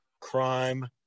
crime